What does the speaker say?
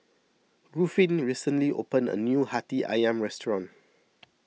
Ruffin recently opened a new Hati Ayam restaurant